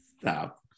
Stop